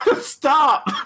Stop